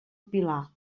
pilar